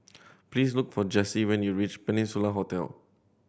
please look for Jessi when you reach Peninsula Hotel